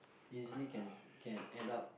easily can can add up